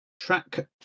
Track